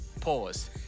Pause